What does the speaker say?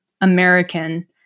American